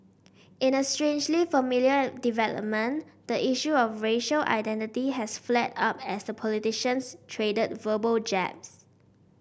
in a strangely familiar development the issue of racial identity has flared up as the politicians traded verbal jabs